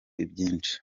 byinshi